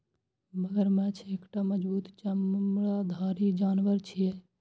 मगरमच्छ एकटा मजबूत चमड़ाधारी जानवर छियै